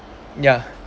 ya